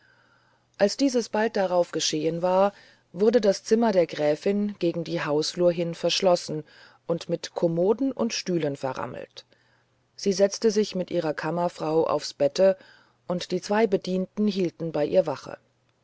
als dieses bald darauf geschehen war wurde das zimmer der gräfin gegen die hausflur hin verschlossen und mit kommoden und stühlen verrammelt sie setzte sich mit ihrer kammerfrau aufs bette und die zwei bedienten hielten bei ihr wache